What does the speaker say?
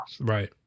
Right